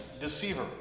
Deceiver